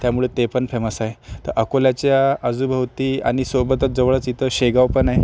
त्यामुळे ते पण फेमस आहे तर अकोल्याच्या आजूभोवती आणि सोबतच जवळच इथं शेगाव पण आहे